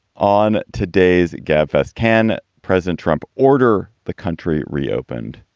on today's gabfests, can president trump order the country reopened?